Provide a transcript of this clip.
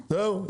זהו?